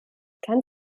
kann